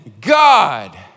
God